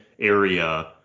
area